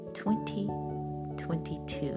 2022